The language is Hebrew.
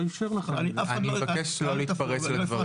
אני מבקש לא להתפרץ לדברים.